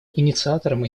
инициатором